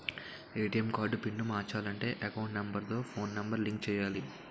ATM card pin మార్చాలంటే account number తో phone number link చేయాలి